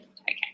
Okay